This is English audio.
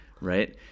right